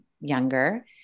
younger